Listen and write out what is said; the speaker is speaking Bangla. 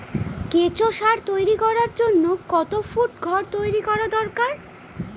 কেঁচো সার তৈরি করার জন্য কত ফুট ঘর তৈরি করা দরকার?